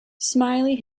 smiley